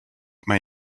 keep